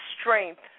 strength